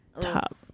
Top